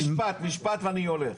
ווליד, משפט ואני הולך.